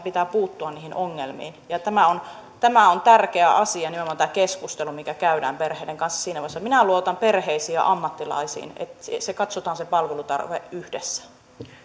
pitää puuttua niihin ongelmiin tämä on tämä on tärkeä asia nimenomaan tämä keskustelu mikä käydään perheiden kanssa siinä vaiheessa minä luotan perheisiin ja ammattilaisiin että katsotaan se palvelutarve yhdessä